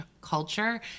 culture